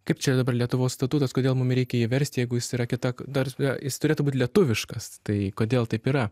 kaip čia dabar lietuvos statutas kodėl mum reikia jį versti jeigu jis yra kita ta prasme jis turėtų būti lietuviškas tai kodėl taip yra